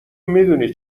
میدونی